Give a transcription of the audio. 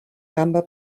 gamba